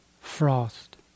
frost